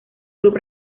club